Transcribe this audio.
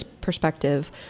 perspective